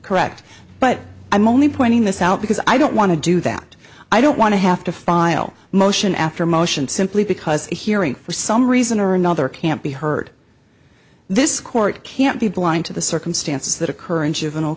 correct but i'm only pointing this out because i don't want to do that i don't want to have to file a motion after motion simply because a hearing for some reason or another can't be heard this court can't be blind to the circumstances that occur in juvenile